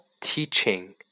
teaching